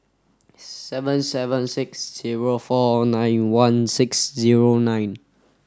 seven seven six zero four nine one six zero nine